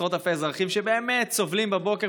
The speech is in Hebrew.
עשרות אלפי אזרחים שבאמת סובלים בבוקר,